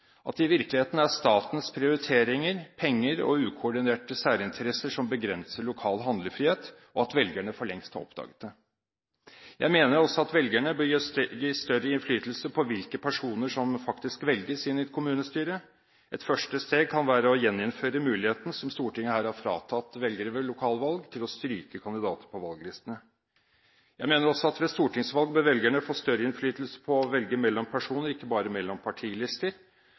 at i virkeligheten er det statens prioriteringer, penger og ukoordinerte særinteresser som begrenser lokal handlefrihet, og at velgerne for lengst har oppdaget det. Jeg mener også at velgerne bør gis større innflytelse over hvilke personer som faktisk velges inn i et kommunestyre. Et første steg kan være å gjeninnføre muligheten, som Stortinget her har fratatt velgere ved lokalvalg, til å stryke kandidater på valglistene. Jeg mener også at ved stortingsvalg bør velgerne få større innflytelse når det gjelder å velge mellom personer og ikke bare mellom partilister,